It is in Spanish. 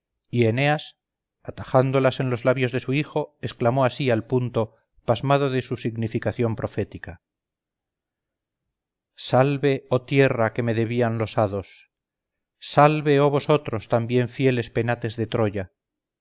y eneas atajándolas en los labios de su hijo exclamó así al punto pasmado de su significación profética salve oh tierra que me debían los hados salve oh vosotros también fieles penates de troya